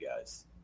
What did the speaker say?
guys